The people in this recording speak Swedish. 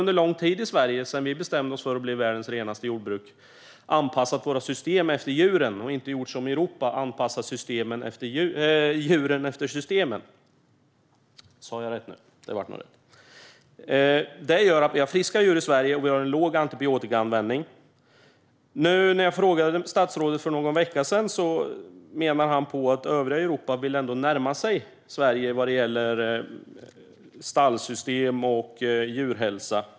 Under lång tid och ända sedan vi i Sverige bestämde oss för att bli världens renaste jordbruk har vi anpassat våra system efter djuren och inte gjort som de gör i Europa: anpassat djuren efter systemen. Det gör att vi har friska djur i Sverige, och vi har låg antibiotikaanvändning. När jag för någon vecka sedan ställde en fråga till statsrådet menade han att övriga Europa vill närma sig Sverige när det gäller stallsystem och djurhälsa.